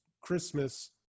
Christmas